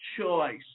choice